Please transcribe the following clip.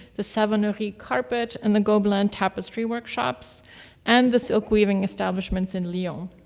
the savonnerie carpet, and the gobelin tapestry workshops and the silk weaving establishments in lyon.